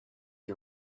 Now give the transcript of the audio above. you